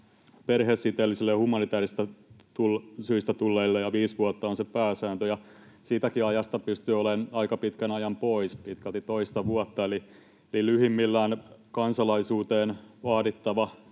perhesiteelliselle ja humanitäärisistä syistä tulleille, ja viisi vuotta on se pääsääntö. Siitäkin ajasta pystyy olemaan aika pitkän ajan poissa, pitkälti toista vuotta. Eli lyhyimmillään kansalaisuuteen vaadittava